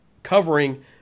covering